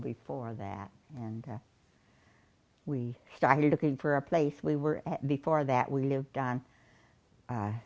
before that and we started looking for a place we were before that we lived on